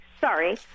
sorry